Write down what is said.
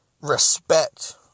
respect